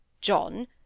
John